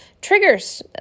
triggers